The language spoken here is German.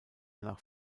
nach